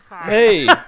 Hey